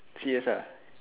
serious uh